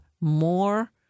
more